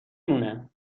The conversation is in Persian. مونه